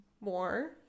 more